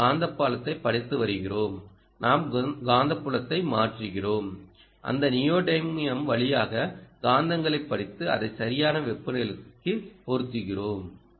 நாம் காந்தப்புலத்தைப் படித்து வருகிறோம் நாங்கள் காந்தப்புலத்தை மாற்றுகிறோம் அந்த நியோடைமியம் வழியாக காந்தங்களைப் படித்து அதை சரியான வெப்பநிலைக்குப் பொருத்துகிறோம்